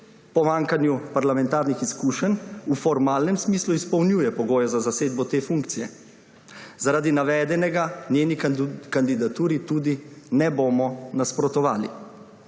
pomanjkanju parlamentarnih izkušenj v formalnem smislu izpolnjuje pogoje za zasedbo te funkcije. Zaradi navedenega njeni kandidaturi tudi ne bomo nasprotovali.